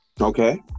Okay